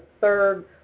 third